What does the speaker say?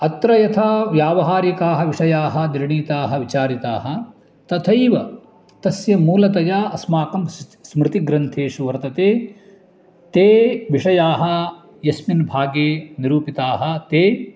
अत्र यथा व्यावहारिकाः विषयाः निर्णीताः विचारिताः तथैव तस्य मूलतया अस्माकं स् स्मृतिग्रन्थेषु वर्तन्ते ते विषयाः यस्मिन् भागे निरूपिताः ते